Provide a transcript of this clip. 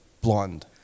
blonde